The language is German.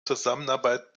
zusammenarbeit